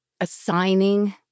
assigning